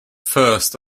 first